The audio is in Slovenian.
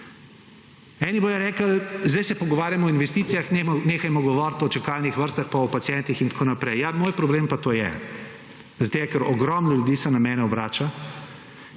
Eni bodo rekli, zdaj se pogovarjamo o investicijah, nehajmo govoriti o čakalnih vrstah, pa o pacientih in tako naprej. Ja, moj problem pa to je, zaradi tega ker ogromno ljudi se na mene obrača